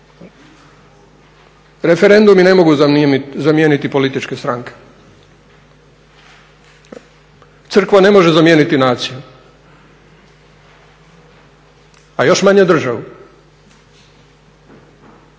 Referendumi ne mogu zamijeniti političke stranke. Crkva ne može zamijeniti naciju, a još manje državu,